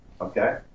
Okay